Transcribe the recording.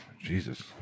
Jesus